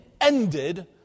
ended